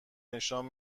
نشان